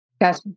Gotcha